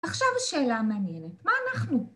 עכשיו השאלה המעניינת, מה אנחנו?